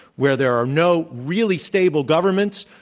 where there are no really stable governments